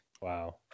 wow